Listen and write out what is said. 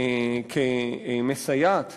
כמסייעת